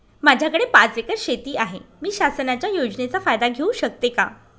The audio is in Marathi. माझ्याकडे पाच एकर शेती आहे, मी शासनाच्या योजनेचा फायदा घेऊ शकते का?